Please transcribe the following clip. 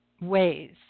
ways